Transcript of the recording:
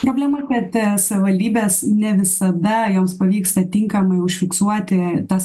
problema kad savivaldybės ne visada joms pavyksta tinkamai užfiksuoti tas